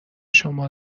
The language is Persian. شما